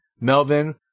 Melvin